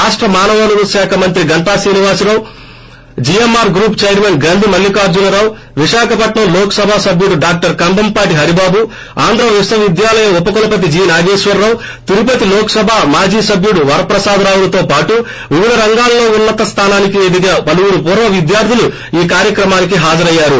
రాష్ట మానవవనరుల శాఖ మంత్రి Ganta Srinivasa Rao GMR group chairman Grandhi Mallikarjuna Rao Visakhapatnam Lok Sabha సభ్యుడు ేడాక్టర్ కంభంపాటి హరిబాబు ఆంధ్ర విశ్వవిద్యాలయం ఉప కులపతి జి నాగేశ్వరరావు తిరుపతి లోక్ సభ మాజీ సభ్యుడు వరప్రసాదరావులతో పాటు వివిధ రంగాల్లోఉన్నత స్తానానికి ఎదిగిన పలువురు పూర్వవిద్యార్ధులు ఈ కార్యక్రమానికి హాజరయ్యారు